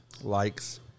likes